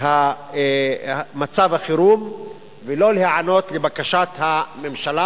מצב החירום ולא להיענות לבקשת הממשלה.